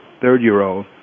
third-year-old